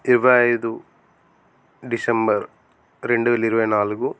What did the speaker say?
ఇరవై ఐదు డిసెంబర్ రెండువేల ఇరవై నాలుగు